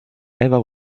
ever